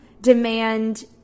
demand